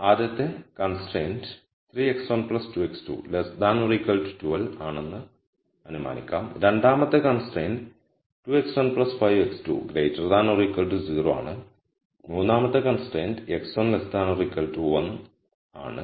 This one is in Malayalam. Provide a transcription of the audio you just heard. ആദ്യത്തെ കൺസ്ട്രൈന്റ് 3 x1 2 x2 12 ആണെന്ന് നമുക്ക് അനുമാനിക്കാം രണ്ടാമത്തെ കൺസ്ട്രൈന്റ് 2 x1 5 x2 10 ആണ് മൂന്നാമത്തെ കൺസ്ട്രൈന്റ് x1 1 ആണ്